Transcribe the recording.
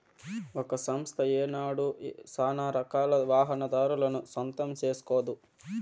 ఒక సంస్థ ఏనాడు సానారకాల వాహనాదారులను సొంతం సేస్కోదు